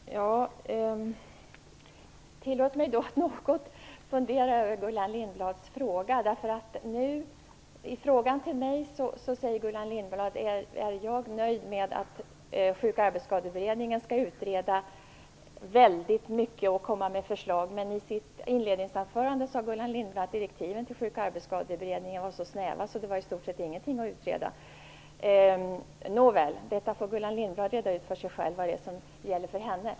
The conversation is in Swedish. Fru talman! Tillåt mig då att något fundera över Gullans Lindblads fråga. Hon frågade mig om jag är nöjd med att Sjuk och arbetsskadeberedningen skall utreda väldigt mycket och komma med förslag. I sitt inledningsanförande sade Gullan Lindblad emellertid att direktiven till Sjuk och arbetsskadeberedningen var så snäva att det i stort sett inte fanns något att utreda. Nåväl, Gullan Lindblad får själv reda ut vad som gäller för henne.